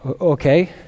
okay